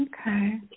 Okay